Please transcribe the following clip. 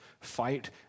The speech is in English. fight